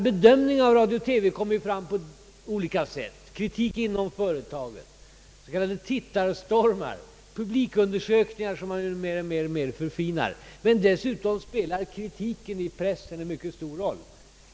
Bedömningar av radio och TV kommer ju fram på olika sätt: kritik inom företaget, s.k. tittarstormar, publikundersökningar, men dessutom spelar kritiken i pressen en mycket stor roll.